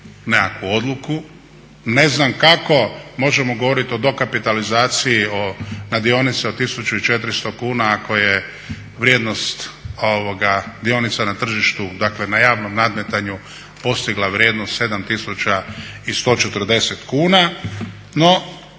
nekakvu odluku. Ne znam kako možemo govoriti o dokapitalizaciji na dionice od 1400 kuna ako je vrijednost dionica na tržištu, dakle na javnom nadmetanju postigla vrijednost 7140 kuna. No,